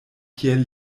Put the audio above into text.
kiel